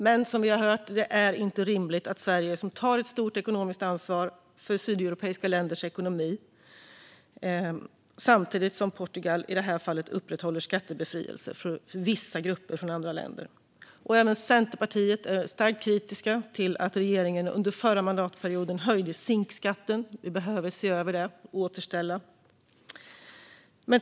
Men, som vi har hört, det är inte rimligt att Sverige tar ett stort ekonomiskt ansvar för sydeuropeiska länders ekonomi samtidigt som Portugal i det här fallet upprätthåller skattebefrielse för vissa grupper från andra länder. Även Centerpartiet är starkt kritiskt till att regeringen under förra mandatperioden höjde SINK-skatten. Den behöver ses över och återställas.